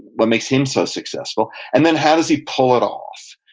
what makes him so successful? and then how does he pull it off?